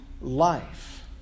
life